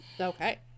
Okay